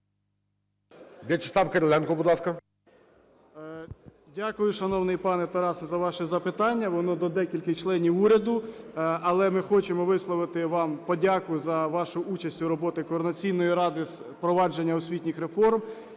Дякую, шановний пане Тарасе, за ваше запитання. Воно до декількох членів уряду, але ми хочемо висловити вам подяку за вашу участь у роботі Координаційної ради з провадження освітніх реформ.